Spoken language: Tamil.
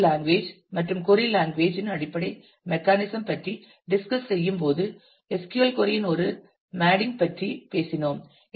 எனவே கோஸ்ட் லாங்குவேஜ் மற்றும் கொறி லாங்குவேஜ் இன் அடிப்படை மெக்கானிசம் பற்றி டிஸ்கஸ் செய்யும்போது SQL கொறி இன் ஒரு மேடிங் பற்றி பேசினோம்